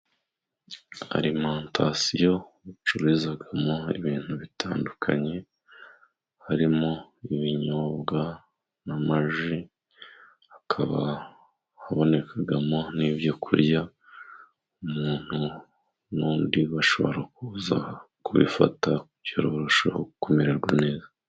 Alimantasiyo bacururizamo ibintu bitandukanye ,harimo ibinyobwa n'amaji, hakaba habonekamo n'ibyo kurya. Umuntu n'undi bashobora kuza kubifata, bityo bakarushaho kumererwa neza.